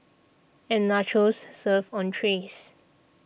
and nachos served on trays